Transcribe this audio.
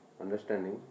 understanding